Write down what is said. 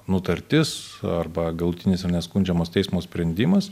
nutartis arba galutinis ir neskundžiamas teismo sprendimas